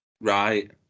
Right